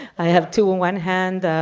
i have to, on one hand,